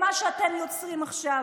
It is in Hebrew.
אתם לא תחנכו אותנו.